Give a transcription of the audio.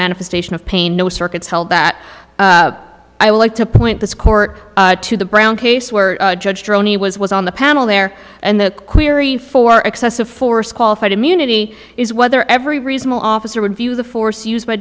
manifestation of pain no circuits held that i would like to point this court to the brown case where judge droney was was on the panel there and the query for excessive force qualified immunity is whether every reasonable officer would view the force used by